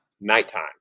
Nighttime